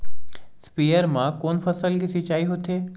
स्पीयर म कोन फसल के सिंचाई होथे?